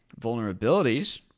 vulnerabilities